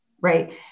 right